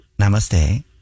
Namaste